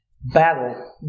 battle